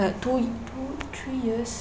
two two three years